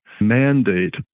mandate